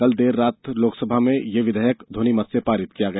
कल देर रात लोकसभा में यह विधेयक ध्वनिमत से पारित किया गया